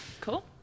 Cool